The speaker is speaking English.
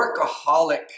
workaholic